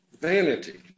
vanity